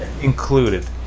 included